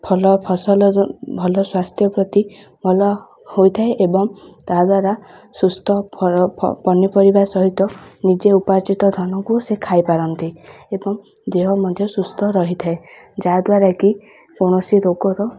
ଭଲ ଫସଲ ଭଲ ସ୍ୱାସ୍ଥ୍ୟ ପ୍ରତି ଭଲ ହୋଇଥାଏ ଏବଂ ତାଦ୍ୱାରା ସୁସ୍ଥ ପନିପରିବା ସହିତ ନିଜେ ଉପାର୍ଜିତ ଧନକୁ ସେ ଖାଇପାରନ୍ତି ଏବଂ ଦେହ ମଧ୍ୟ ସୁସ୍ଥ ରହିଥାଏ ଯାହାଦ୍ୱାରା କି କୌଣସି ରୋଗର